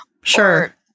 Sure